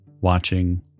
watching